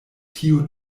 tio